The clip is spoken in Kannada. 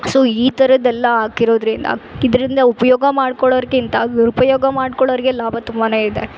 ಸೊ ಈ ಥರದೆಲ್ಲಾ ಹಾಕಿರೋದ್ರಿಂದ ಇದ್ರಿಂದ ಉಪಯೋಗ ಮಾಡ್ಕೊಳ್ಳೋರ್ಕ್ಕಿಂತ ದುರುಪಯೋಗ ಮಾಡ್ಕೊಳ್ಳೋರಿಗೆ ಲಾಭ ತುಂಬಾ ಇದೆ